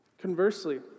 Conversely